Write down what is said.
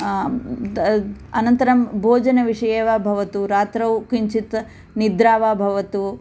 अनन्तरं भोजनविषये वा भवतु रात्रौ किञ्चित् निद्रा वा भवतु